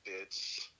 bitch